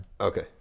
Okay